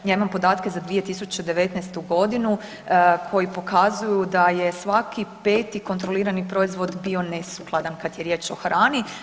Ja imam podatke za 2019. godinu koji pokazuju da je svaki peti kontrolirani proizvod bio nesukladan kad je riječ o hrani.